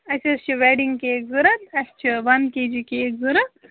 اَسہِ حظ چھِ ویڈِنٛگ کیک ضوٚرَتھ اَسہِ چھِ وَن کے جی کیک ضوٚرَتھ